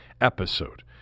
episode